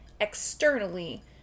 externally